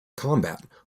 combat